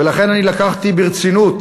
ולכן לקחתי ברצינות